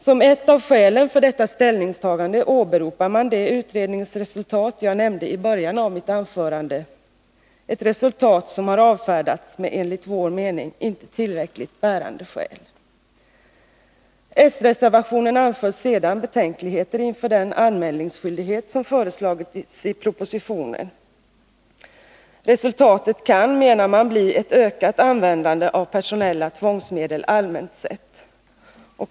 Som ett av skälen för detta ställningstagande åberopar man det utredningsresultat jag nämnde ii början av mitt anförande — ett resultat som har avfärdats med enligt ' vår mening inte tillräckligt bärande skäl. I s-reservationen anför man sedan betänkligheter inför den anmälningsskyldighet som föreslagits i propositionen. Resultatet kan, menar man, bli ett ökat användande av personella tvångsmedel allmänt sett.